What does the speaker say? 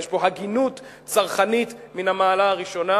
יש פה הגינות צרכנית מן המעלה הראשונה,